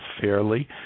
fairly